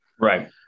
right